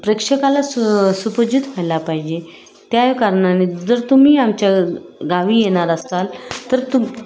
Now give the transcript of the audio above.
प्रेक्षकाला सु सुपजित व्हायला पाहिजे त्या कारणाने जर तुम्ही आमच्या गावी येणार असाल तर तुम